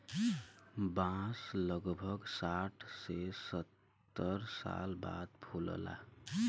बांस लगभग साठ से सत्तर साल बाद फुलला